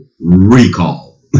recall